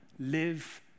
Live